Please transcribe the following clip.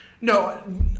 No